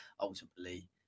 ultimately